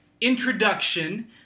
introduction